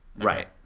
Right